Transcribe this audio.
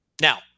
Now